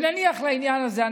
נניח לעניין הזה.